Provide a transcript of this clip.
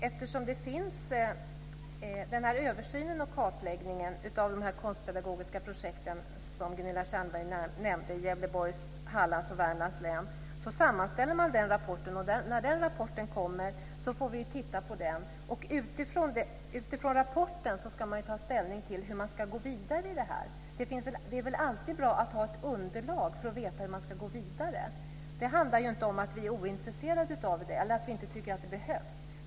Eftersom det finns en översyn och kartläggning av de konstpedagogiska projekt som Gunilla Tjernberg nämnde i Gävleborgs, Hallands och Värmlands län sammanställer man den rapporten. När den rapporten kommer får vi titta på den. Utifrån rapporten ska man ta ställning till hur man ska gå vidare. Det är alltid bra att ha ett underlag för att veta hur man ska gå vidare. Det handlar inte om att vi är ointresserade av det eller att vi inte tycker att det behövs.